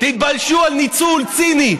תתביישו על ניצול ציני,